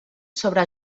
sobre